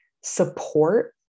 support